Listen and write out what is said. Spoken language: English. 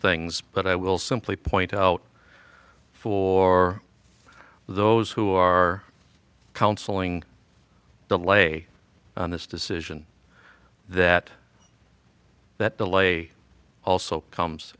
things but i will simply point out for those who are counseling delay this decision that that delay also comes